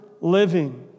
living